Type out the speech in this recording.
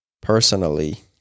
personally